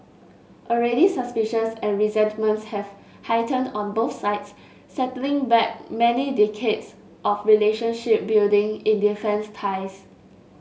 already suspicions and resentments have heightened on both sides setting back many decades of relationship building in defence ties